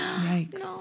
Yikes